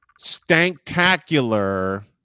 Stanktacular